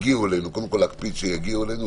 קודם כל להקפיד שהנתונים יגיעו אלינו,